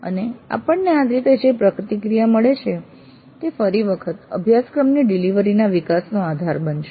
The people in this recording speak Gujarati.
અને આપણને આ રીતે જે પ્રતિક્રિયા મળે છે તે ફરી વખતે અભ્યાક્રમની ડિલિવરી ના વિકાસનો આધાર બનશે